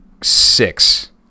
six